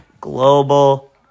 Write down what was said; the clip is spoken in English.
global